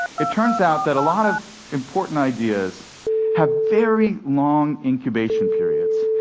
it turns out that a lot of important ideas have very long incubation periods.